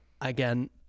again